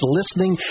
listening